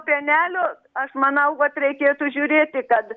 pienelio aš manau vat reikėtų žiūrėti kad